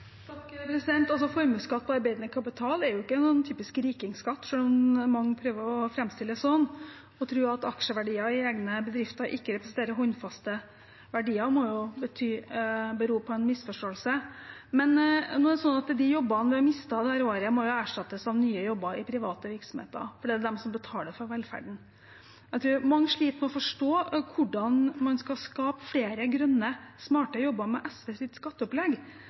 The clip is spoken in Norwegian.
Formuesskatt på arbeidende kapital er ikke en typisk rikingskatt selv om mange prøver å framstille det slik. Å tro at aksjeverdier i egne bedrifter ikke representerer håndfaste verdier, må bero på en misforståelse. De jobbene vi har mistet dette året, må erstattes av nye jobber i private virksomheter, for det er de som betaler for velferden. Jeg tror mange sliter med å forstå hvordan man skal skape flere grønne, smarte jobber med SVs skatteopplegg, når SV